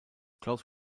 klaus